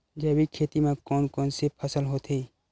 जैविक खेती म कोन कोन से फसल होथे?